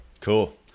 Cool